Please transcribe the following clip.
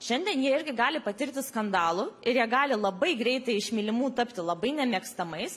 šiandien jie irgi gali patirti skandalų ir jie gali labai greitai iš mylimų tapti labai nemėgstamais